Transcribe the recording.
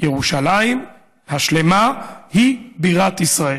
ירושלים השלמה היא בירת ישראל.